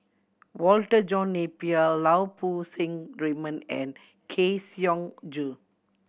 Walter John Napier Lau Poo Seng Raymond and Kang Siong Joo